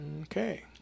Okay